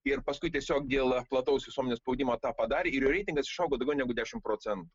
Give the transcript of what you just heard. ir paskui tiesiog dėl plataus visuomenės spaudimo tą padarė ir reitingas išaugo daugiau negu dešimt procentų